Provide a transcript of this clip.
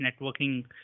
networking